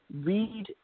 read